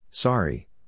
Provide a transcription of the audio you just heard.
Sorry